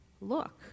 look